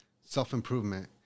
self-improvement